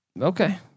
Okay